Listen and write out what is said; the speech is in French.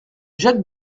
jacques